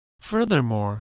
Furthermore